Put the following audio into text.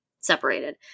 separated